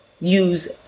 use